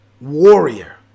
warrior